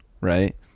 right